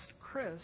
Chris